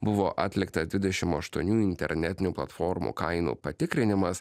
buvo atlikta dvidešim aštuoni internetinių platformų kainų patikrinimas